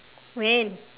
when